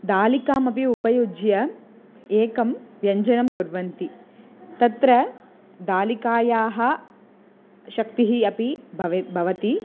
दालिकामपि उपयुज्य एकं व्यञ्जनं कुर्वन्ति तत्र दालिकायाः शक्तिः अपि भवेत् भवति